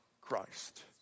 Christ